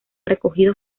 recogidos